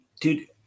Dude